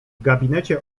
gabinecie